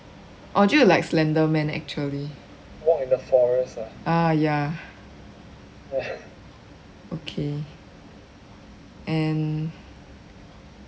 orh 就 like slender man actually ah ya okay and